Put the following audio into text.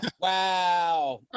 wow